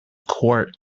court